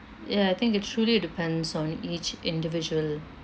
ya I think it truly depends on each individual